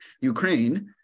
Ukraine